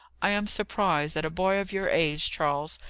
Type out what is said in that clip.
i am surprised that a boy of your age, charles,